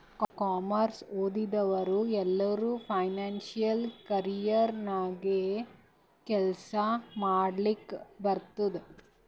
commerce ಓದಿದವ್ರು ಎಲ್ಲರೂ financial career ನಾಗೆ ಕೆಲ್ಸಾ ಮಾಡ್ಲಕ್ ಬರ್ತುದ್